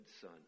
son